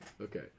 okay